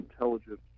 intelligent